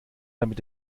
damit